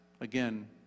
again